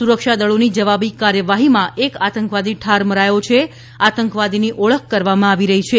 સુરક્ષાદળોની જવાબી કાર્યવાહીમાં એક આતંકવાદી ઠાર મરાયો આતંકવાદીની ઓળખ કરવામાં આવી રહી છે